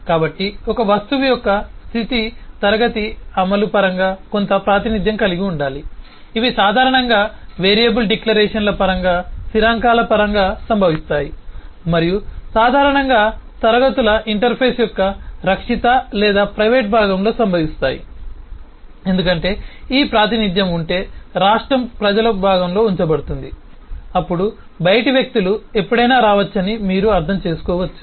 కాబట్టి ఒక వస్తువు యొక్క స్థితి క్లాస్ అమలు పరంగా కొంత ప్రాతినిధ్యం కలిగి ఉండాలి ఇవి సాధారణంగా వేరియబుల్ డిక్లరేషన్ల పరంగా స్థిరాంకాల పరంగా సంభవిస్తాయి మరియు సాధారణంగా క్లాస్ ల ఇంటర్ఫేస్ యొక్క రక్షిత లేదా ప్రైవేట్ భాగంలో సంభవిస్తాయి ఎందుకంటే ఈ ప్రాతినిధ్యం ఉంటే రాష్ట్రం ప్రజల భాగంలో ఉంచబడుతుంది అప్పుడు బయటి వ్యక్తులు ఎప్పుడైనా రావచ్చని మీరు అర్థం చేసుకోవచ్చు